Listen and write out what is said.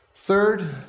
Third